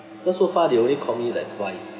cause so far they only call me like twice